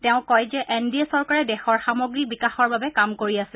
তেওঁ কয় যে এন ডি এ চৰকাৰে দেশৰ সামগ্লিক বিকাশৰ বাবে কাম কৰি আছে